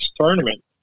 tournament